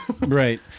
right